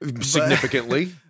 Significantly